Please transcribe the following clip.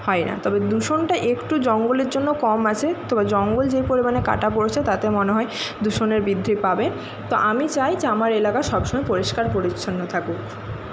হয় না তবে দূষণটা একটু জঙ্গলের জন্য কম আছে তবে জঙ্গল যে পরিমাণে কাটা পড়েছে তাতে মনে হয় দূষণের বৃদ্ধি পাবে তো আমি চাই যে আমার এলাকা সবসময় পরিস্কার পরিচ্ছন্ন থাকুক